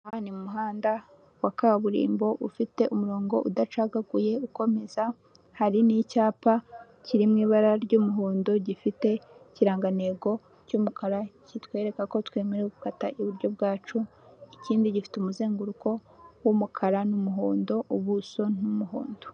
Hano ni mu muhanda wa kabirimbo ufite umurongo udacagaguye ukomeza, hari n'icyapa kiri mu ibara ry'umuhondo gifite ikirangantego cy'umukara kitwereka ko twemerewe gukata iburyo bwacu, ikindi gifite umuzenguruko w'umukara n'umuhondo ubuso ni umuhondo.